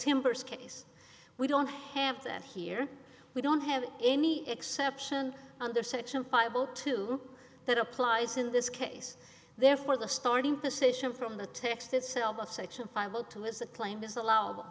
timbers case we don't have that here we don't have any exception under section five zero two that applies in this case therefore the starting position from the text itself